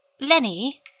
Lenny